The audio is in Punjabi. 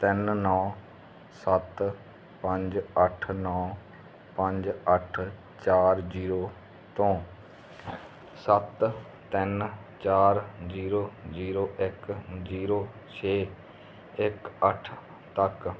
ਤਿੰਨ ਨੌਂ ਸੱਤ ਪੰਜ ਅੱਠ ਨੌਂ ਪੰਜ ਅੱਠ ਚਾਰ ਜ਼ੀਰੋ ਤੋਂ ਸੱਤ ਤਿੰਨ ਚਾਰ ਜ਼ੀਰੋ ਜ਼ੀਰੋ ਇੱਕ ਜ਼ੀਰੋ ਛੇ ਇੱਕ ਅੱਠ ਤੱਕ